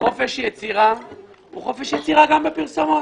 חופש יצירה הוא חופש יצירה גם בפרסומות.